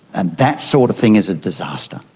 and that sort of thing is a disaster.